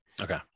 okay